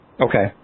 Okay